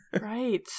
Right